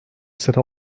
sıra